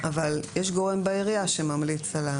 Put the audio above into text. אבל יש גורם בעירייה שממליץ.